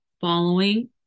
following